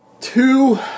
Two